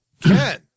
Ken